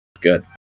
good